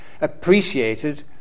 appreciated